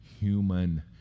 human